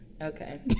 Okay